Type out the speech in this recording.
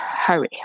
Hurry